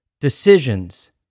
Decisions